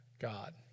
God